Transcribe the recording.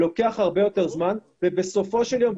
לוקח הרבה יותר זמן ובסופו של יום,